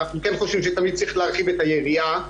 אנחנו כן חושבים שתמיד צריך להרחיב את היריעה,